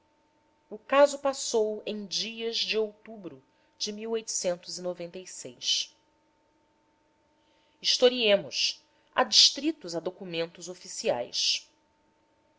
o caso passou em dias de outubro de isto iemos adstritos a documentos oficiais